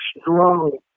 strong